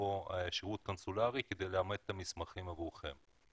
או שירות קונסולרי כדי לאמת את המסמכים עבורכם.